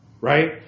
right